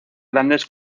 grandes